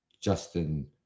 Justin